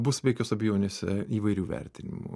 bus be jokios abejonės įvairių vertinimų